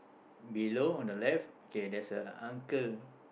below on the left okay there's a uncle